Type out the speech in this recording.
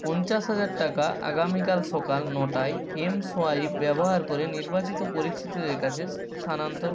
পঞ্চাশ হাজার টাকা আগামীকাল সকাল নটায় এমসোয়াইপ ব্যবহার করে নির্বাচিত পরিচিতদের কাছে স্থানান্তর